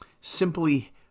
simply